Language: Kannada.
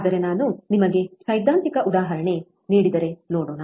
ಆದರೆ ನಾನು ನಿಮಗೆ ಸೈದ್ಧಾಂತಿಕ ಉದಾಹರಣೆ ನೀಡಿದರೆ ನೋಡೋಣ